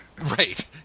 Right